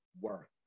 work